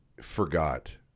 forgot